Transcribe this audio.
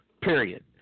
period